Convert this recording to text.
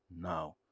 now